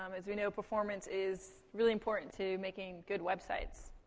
um as we know, performance is really important to making good websites.